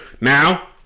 Now